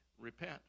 Repent